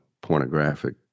pornographic